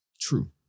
True